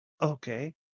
Okay